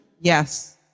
Yes